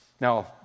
Now